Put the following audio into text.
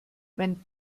wenn